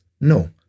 No